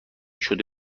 شده